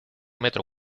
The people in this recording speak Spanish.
metro